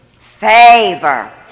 favor